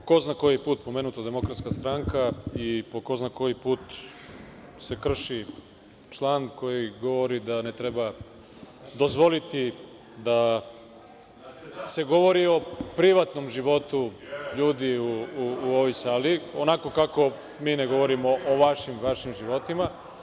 Po ko zna koji put pomenuta je DS i po ko zna koji put se krši član koji govori da ne treba dozvoliti da se govori o privatnom životu ljudi u ovoj sali onako kako mi ne govorimo o vašim životima.